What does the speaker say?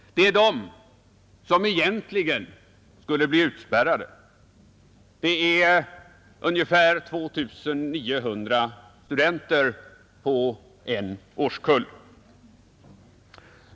Det är dessa som egentligen skulle bli utspärrade. Det är ungefär 2 900 studenter på en årskull.